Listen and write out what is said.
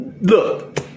look